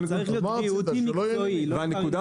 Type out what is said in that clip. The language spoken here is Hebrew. מה רצית שלא יהיה מקצועי?